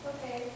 Okay